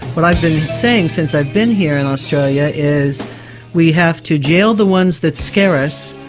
what i've been saying since i've been here in australia is we have to jail the ones that scare us,